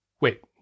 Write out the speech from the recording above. Wait